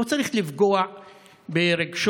לא צריך לפגוע ברגשות,